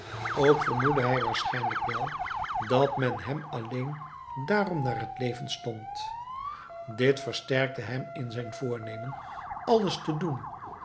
ook vermoedde hij waarschijnlijk wel dat men hem alleen daarom naar het leven stond dit versterkte hem in zijn voornemen alles te doen